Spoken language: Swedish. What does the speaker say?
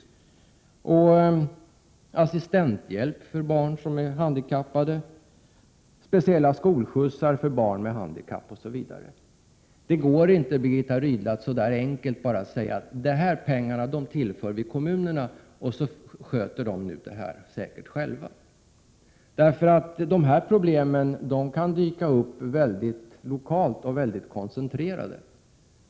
Det är också fråga om assistenthjälp för barn som är handikappade, speciella skolskjutsar för barn med handikapp osv. Det går inte, Birgitta Rydle, att så där enkelt bara säga att dessa pengar ger vi till kommunerna så sköter de säkert detta själva. Sådana problem kan dyka upp lokalt och vara väldigt koncentrerade.